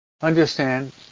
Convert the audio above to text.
Understand